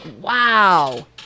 wow